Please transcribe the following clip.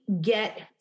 get